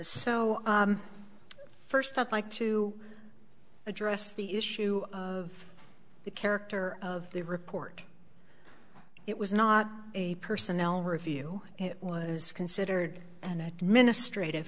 so first up like to address the issue of the character of the report it was not a personnel review it was considered an administrative